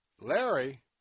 Larry